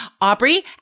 Aubrey